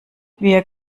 wir